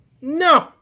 No